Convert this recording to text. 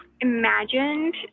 imagined